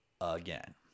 again